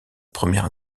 première